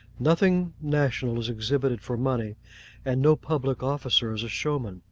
nothing national is exhibited for money and no public officer is a showman.